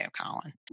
Colin